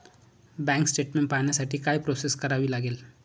Bank statement पाहण्यासाठी काय process करावी लागेल?